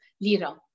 lira